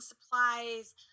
supplies